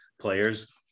players